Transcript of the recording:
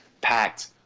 packed